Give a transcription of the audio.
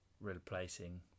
replacing